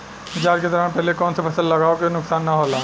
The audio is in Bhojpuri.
जाँच के दौरान पहिले कौन से फसल लगावे से नुकसान न होला?